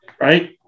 Right